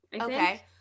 Okay